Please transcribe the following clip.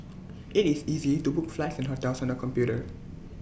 IT is easy to book flights and hotels on the computer